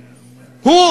הוא,